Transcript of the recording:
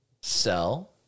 sell